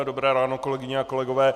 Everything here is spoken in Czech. Dobré ráno, kolegyně a kolegové.